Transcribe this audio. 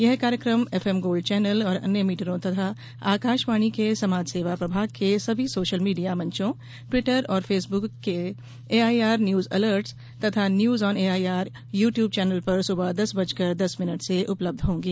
यह कार्यक्रम FM gold channel और अन्य मीटरों तथा आकाशवाणी के समाचार सेवा प्रभाग के सभी सोशल मीडिया मंचों टवीटर और फेसबुक के A I R news alerts तथा news on A I R YouTube channel पर सुबह दस बजकर दस मिनट से उपलब्ध होंगे